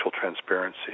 transparency